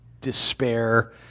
despair